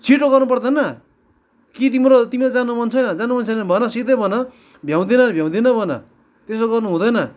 छिटो गर्नुपर्दैन कि तिम्रो तिमीलाई जानु मन छैन जानु मन छैन भने भन सिधै भन भ्याउँदैन भने भ्याउँदिन भन त्यसो गर्नुहुँदैन